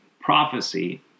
prophecy